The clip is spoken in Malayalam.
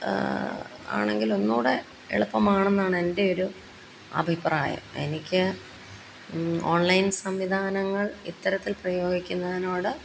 ആണെങ്കിൽ ഒന്നുകൂടെ എളുപ്പമാണ് എന്നാണ് എൻ്റെ ഒരു അഭിപ്രായം എനിക്ക് ഓൺലൈൻ സംവിധാനങ്ങൾ ഇത്തരത്തിൽ പ്രയോഗിക്കുന്നതിനോട്